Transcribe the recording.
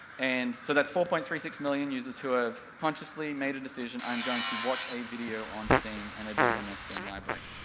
and, so that's four point three six million users who have consciously made a decision, i am going to watch a video on steam, and it is in their steam library.